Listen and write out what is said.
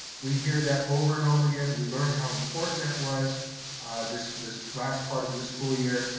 we hear that over and over again, we learned how important that was this this last part of this school year,